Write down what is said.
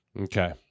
okay